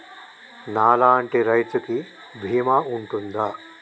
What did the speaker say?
నా లాంటి రైతు కి బీమా ఉంటుందా?